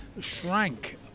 shrank